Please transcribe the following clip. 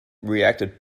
reacted